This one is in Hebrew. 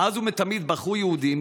מאז ומתמיד בחרו יהודים,